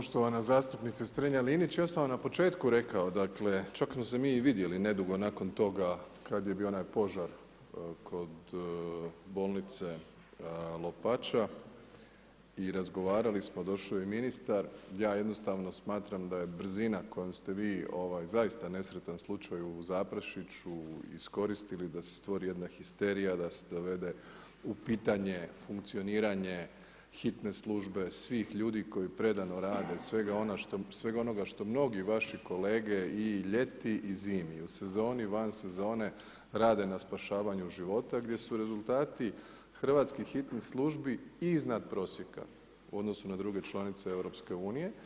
Poštovana zastupnice Strenja Linić, ja sam vam na početku rekao, dakle, čak smo se mi i vidjeli nedugo nakon toga kada je bio onaj požar kod bolnice Lopača i razgovarali smo, došao je i ministar, ja jednostavno smatram da je brzina kojom ste vi zaista nesretan slučaj u Zaprešiću iskoristili da se stvori jedna histerija, da se dovede u pitanje funkcioniranje hitne službe, svih ljudi koji predano rade, svega onoga što mnogi vaši kolege i ljeti i zimi i u sezoni, van sezone rade na spašavanju života, gdje su rezultati hrvatskih hitnih službi iznad prosjeka u odnosu na druge članice EU.